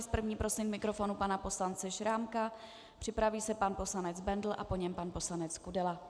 S první prosím k mikrofonu pana poslance Šrámka, připraví se pan poslanec Bendl a po něm pan poslanec Kudela.